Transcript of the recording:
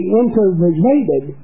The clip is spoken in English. interrelated